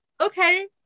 okay